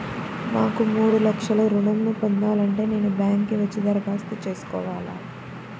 నాకు మూడు లక్షలు ఋణం ను పొందాలంటే నేను బ్యాంక్కి వచ్చి దరఖాస్తు చేసుకోవాలా?